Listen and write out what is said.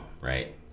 right